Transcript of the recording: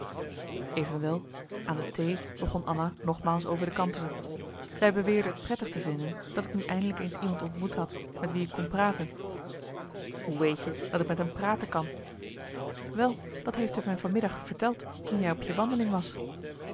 evenwel ann de thee begon anna nogmaals over de kantere zij beweerde t prettig te vinden dat ik nu eindelijk eens iemand ontmoet had met wie ik kon praten hoe weet je dat ik met hem praten kan wel dat heeft hij me van middag verteld toen jij op je wandeling was